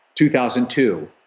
2002